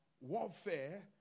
warfare